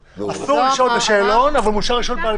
אסור לשאול בשאלון אבל מותר לשאול בעל-פה.